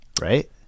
right